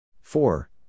four